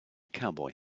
cowboy